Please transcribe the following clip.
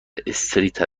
استریت